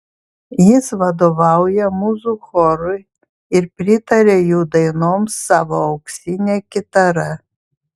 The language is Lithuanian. jis vadovauja mūzų chorui ir pritaria jų dainoms savo auksine kitara